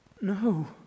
No